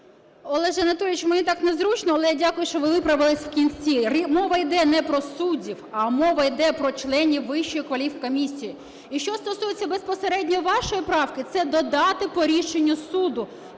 Олеже Анатолійовичу, мені так незручно, але я дякую, що ви виправились в кінці. Мова іде не про суддів, а мова йде про членів Вищої кваліфкомісії. І що стосується безпосередньо вашої правки, це додати "по рішенню суду".